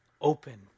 open